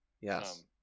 Yes